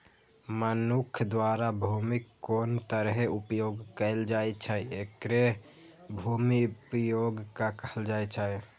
मनुक्ख द्वारा भूमिक कोन तरहें उपयोग कैल जाइ छै, एकरे भूमि उपयोगक कहल जाइ छै